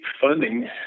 funding